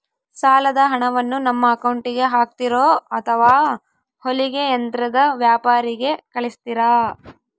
ಸಾಲದ ಹಣವನ್ನು ನಮ್ಮ ಅಕೌಂಟಿಗೆ ಹಾಕ್ತಿರೋ ಅಥವಾ ಹೊಲಿಗೆ ಯಂತ್ರದ ವ್ಯಾಪಾರಿಗೆ ಕಳಿಸ್ತಿರಾ?